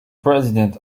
president